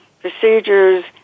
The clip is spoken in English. procedures